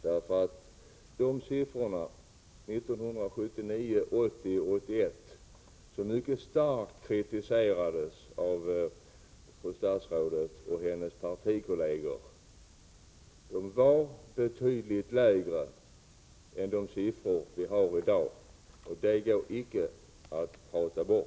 Siffrorna för 1979, 1980 och 1981, som mycket starkt kritiserades av fru statsrådet och hennes partikolleger, var betydligt lägre än de siffror som redovisas i dag. Det går icke att prata bort.